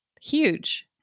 huge